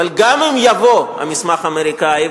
אבל גם אם יבוא המסמך האמריקני,